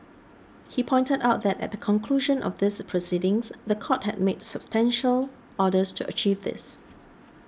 he pointed out that at the conclusion of these proceedings the court had made substantial orders to achieve this